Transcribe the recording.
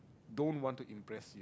don't want to impress